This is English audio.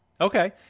Okay